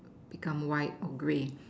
become white or grey